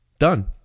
done